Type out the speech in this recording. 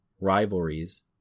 rivalries